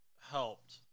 helped